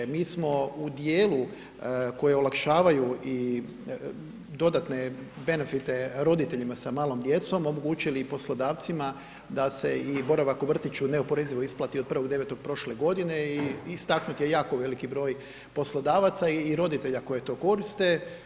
Mi smo u djelu koje olakšavaju i dodatne benefite roditeljima sa malom djecom, omogućili i poslodavcima da se i boravak u vrtiću neoporezivo isplati od 1.9. prošle godine i istaknut je jako veliki broj poslodavaca i roditelja koji to koriste.